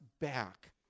back